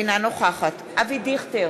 אינה נוכחת אבי דיכטר,